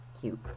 cute